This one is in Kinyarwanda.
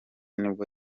nibwo